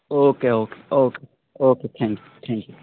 okay okay okay okay thank you thank you